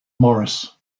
morris